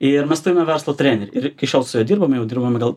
ir mes turime verslo trenerį ir iki šiol su juo dirbam jau dirbame gal